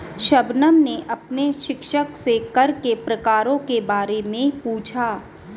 शबनम ने अपने शिक्षक से कर के प्रकारों के बारे में पूछा